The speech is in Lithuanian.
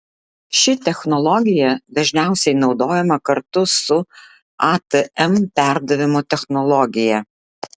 ši technologija dažniausiai naudojama kartu su atm perdavimo technologija